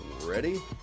Ready